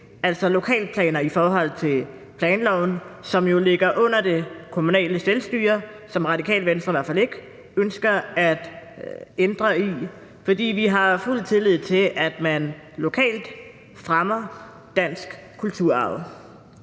altså lokalplaner i forhold til planloven, som jo ligger under det kommunale selvstyre, som Radikale Venstre i hvert fald ikke ønsker at ændre i, fordi vi jo har fuld tillid til, at man lokalt fremmer dansk kulturarv.